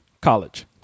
college